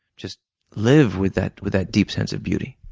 just live with that with that deep sense of beauty,